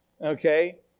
okay